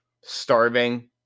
starving